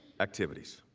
activities.